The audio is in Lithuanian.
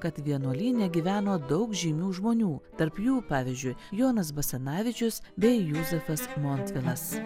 kad vienuolyne gyveno daug žymių žmonių tarp jų pavyzdžiui jonas basanavičius bei juzefas montvilas